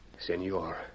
Senor